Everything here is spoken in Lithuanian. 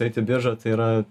eit į biržą tai yra